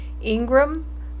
Ingram